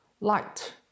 light